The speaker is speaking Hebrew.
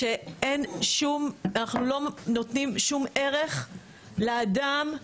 כשאנחנו לא נותנים שום ערך לאדם,